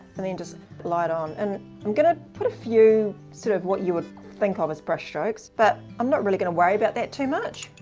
and then just lay it on. and i'm gonna put a few sort of what you would think of as brush strokes, but i'm not really gonna worried about that too much.